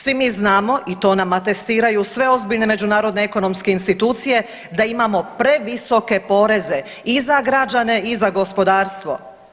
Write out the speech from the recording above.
Svi mi znamo i to nama testiraju sve ozbiljne međunarodne ekonomske institucije da imamo previsoke poreze i za građane i za gospodarstvo.